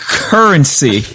currency